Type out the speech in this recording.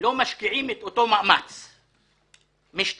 לא משקיעים את אותו מאמץ משטרתי.